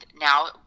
now